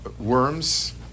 Worms